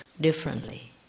differently